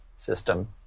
System